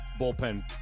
Bullpen